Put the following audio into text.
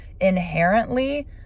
inherently